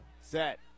set